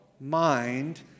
mind